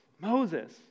Moses